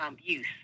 use